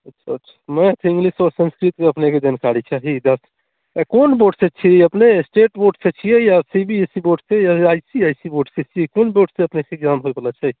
अच्छा अच्छा math English आओर सन्स्कृतमे अपनेके जानकारी चाही ई कोन बोर्डसँ छी अपने स्टेट बोर्डसँ छियै या सी बी एस सी बोर्डसँ या आइ सी आइ सी बोर्डसँ छी कोन बोर्डसँ अपने एक्जाम होइवला छै